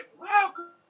welcome